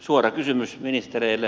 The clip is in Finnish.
suora kysymys ministereille